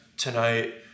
tonight